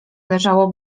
leżało